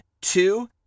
Two